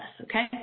okay